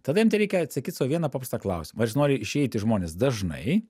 tada jam tereikia atsakyt sau vieną paprastą klausimą aš jis nori išeit į žmones dažnai